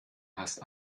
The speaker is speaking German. hast